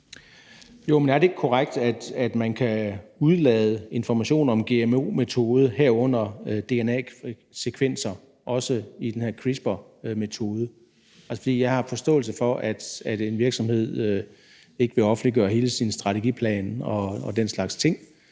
er det ikke korrekt, at man kan udelade information om gmo-metode, herunder dna-sekvenser, også i den her CRISPR-metode? Altså, jeg har forståelse for, at en virksomhed ikke vil offentliggøre hele sin strategiplan og den slags ting